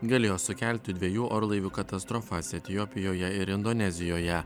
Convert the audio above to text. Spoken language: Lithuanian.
galėjo sukelti dviejų orlaivių katastrofas etiopijoje ir indonezijoje